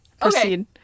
Proceed